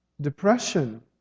Depression